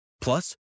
Plus